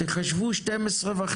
בזמן שהלכו לאיבוד ה- 600